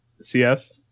CS